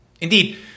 Indeed